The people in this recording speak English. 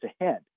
ahead